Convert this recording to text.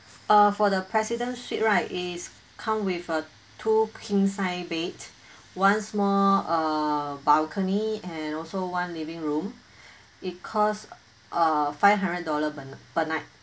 uh for the president suite right is come with a two king size bed one more uh balcony and also one living room it cost uh five hundred dollar per per night